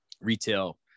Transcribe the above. retail